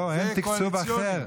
לא, אין תקצוב אחר.